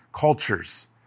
cultures